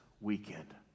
weekend